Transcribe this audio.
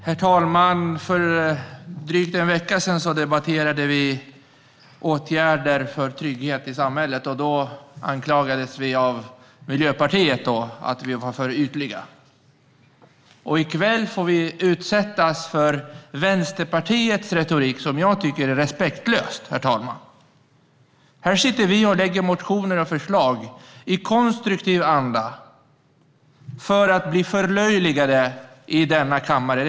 Herr talman! För drygt en vecka sedan debatterade vi åtgärder för trygghet i samhället. Då anklagades vi av Miljöpartiet för att vara för ytliga. I kväll utsätts vi för Vänsterpartiets retorik, som jag tycker är respektlös, herr talman. Här lägger vi fram motioner och förslag i konstruktiv anda, bara för att bli förlöjligade i denna kammare.